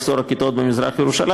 המחסור בכיתות במזרח-ירושלים.